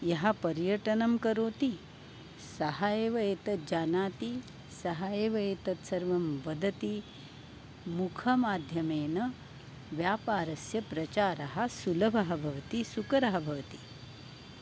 यः पर्यटनं करोति सः एव एतज्जानाति सः एव एतत् सर्वं वदति मुखमाध्यमेन व्यापारस्य प्रचारः सुलभः भवति सुकरः भवति